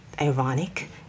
ironic